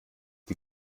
die